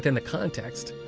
and the context.